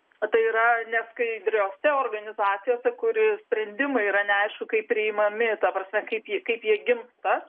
tai yra neskaidriose organizacijose kur ir sprendimai yra neaišku kaip priimami ta prasme kaip jie kaip jie gimsta